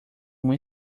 uma